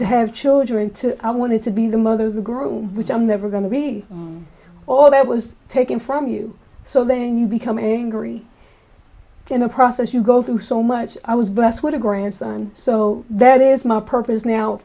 to have children too i wanted to be the mother the groom which i'm never going to be all that was taken from you so then you become angry in the process you go through so much i was blessed with a grandson so that is my purpose now